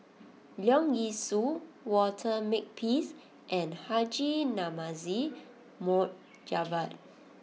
Leong Yee Soo Walter Makepeace and Haji Namazie Mohd Javad